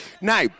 Now